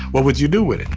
what would you do with it?